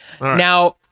Now